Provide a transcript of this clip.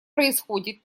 происходит